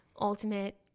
ultimate